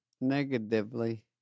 Negatively